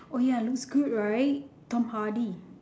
oh ya looks good right tom hardy